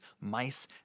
mice